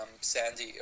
Sandy